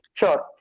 Sure